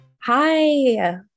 Hi